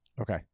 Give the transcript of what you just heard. Okay